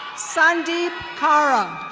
sandi cara.